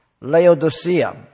Laodicea